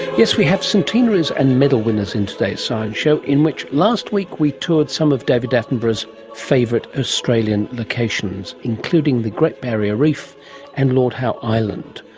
yes, we have centenaries and medal winners in today's science show, in which last week we toured some of david attenborough's favourite australian locations, including the great barrier reef and lord howe island.